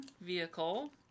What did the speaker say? vehicle